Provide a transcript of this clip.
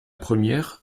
première